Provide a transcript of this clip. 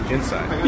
Inside